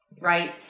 right